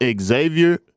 Xavier